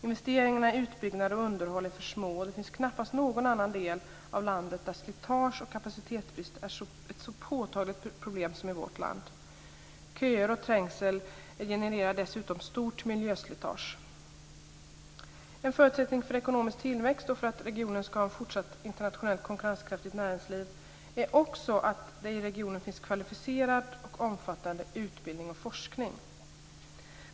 Investeringarna i utbyggnad och underhåll är för små, och det finns knappast någon annan del av landet där slitage och kapacitetsbrist är ett så påtagligt problem som i vårt län. Köer och trängsel genererar dessutom stort miljöslitage. En förutsättning för ekonomisk tillväxt och för att regionen ska ha ett fortsatt internationellt konkurrenskraftigt näringsliv är också att det i regionen finns en kvalificerad och omfattande utbildning och forskning.